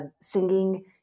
singing